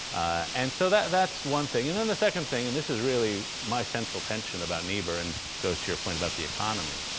ah and so that's one thing and then the second thing, and this is really my central tension about niebuhr and goes to your point about the economy